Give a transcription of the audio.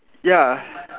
ya